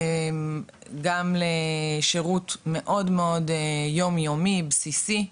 גם לשירות מאוד מאוד יום יומי, בסיסי,